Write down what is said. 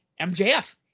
MJF